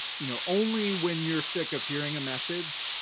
you know only when you're sick of hearing a message